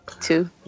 Two